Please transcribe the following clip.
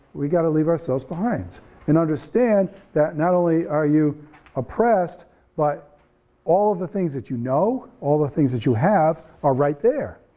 we gotta leave ourselves behind and understand that not only are you oppressed but all of the things that you know, all of the things that you have are right there.